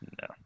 No